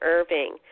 Irving